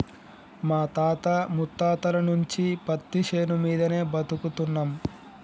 మా తాత ముత్తాతల నుంచి పత్తిశేను మీదనే బతుకుతున్నం